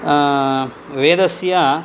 वेदस्य